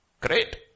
Great